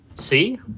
See